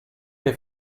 che